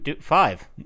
five